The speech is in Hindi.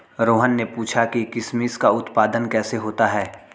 रोहन ने पूछा कि किशमिश का उत्पादन कैसे होता है?